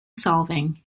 solving